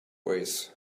ways